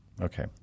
Okay